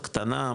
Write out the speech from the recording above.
קטנה,